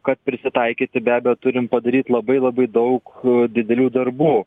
kad prisitaikyti be abejo turim padaryt labai labai daug didelių darbų